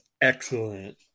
Excellent